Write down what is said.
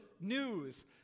news